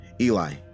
Eli